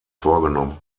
vorgenommen